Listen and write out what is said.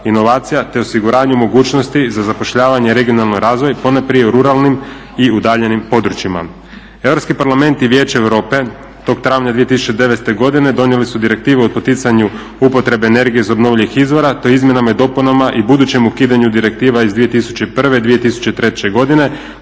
inovacija, te osiguravanje mogućnosti za zapošljavanje i regionalni razvoj ponajprije u ruralnim i udaljenim područjima. EU parlament i Vijeće Europe tog travnja 2009.godine donijeli su Direktivu o poticanju upotrebe energije iz obnovljivih izvora te izmjenama i dopunama i budućem ukidanju direktiva iz 2001., 2003.godine